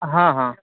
हँ हँ